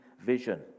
vision